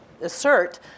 assert